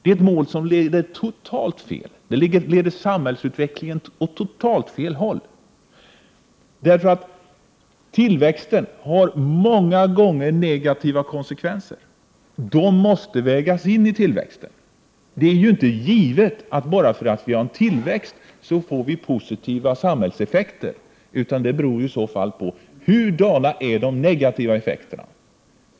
Det är ett mål som leder samhällsutvecklingen åt totalt fel håll. Tillväxten har många gånger negativa konsekvenser, och de måste vägas inisammanhanget. Det är ju inte givet att vi bara därför att vi har tillväxt får positiva samhällseffekter, utan vi måste veta hurdana de negativa effekterna är.